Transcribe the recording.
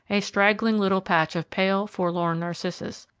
a straggling little patch of pale, forlorn narcissus,